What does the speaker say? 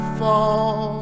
fall